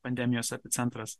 pandemijos epicentras